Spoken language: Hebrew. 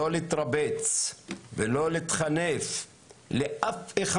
לא להתחנף לאף אחד.